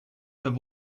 have